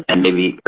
and maybe,